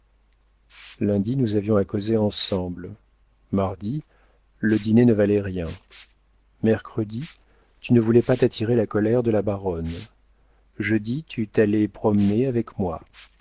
lundi nous avions à causer ensemble mardi le dîner ne valait rien mercredi tu ne voulais pas t'attirer la colère de la baronne jeudi tu t'allais promener avec moi